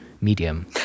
medium